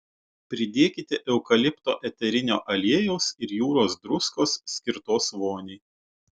pridėkite eukalipto eterinio aliejaus ir jūros druskos skirtos voniai